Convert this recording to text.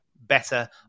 better